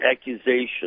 accusations